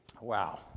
Wow